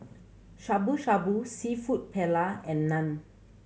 Shabu Shabu Seafood Paella and Naan